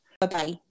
Bye-bye